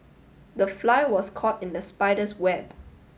the fly was caught in the spider's web